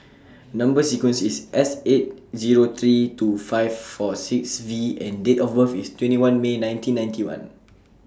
Number sequence IS S eight Zero three two five four six V and Date of birth IS twenty one May nineteen ninety one